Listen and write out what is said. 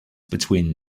between